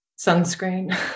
Sunscreen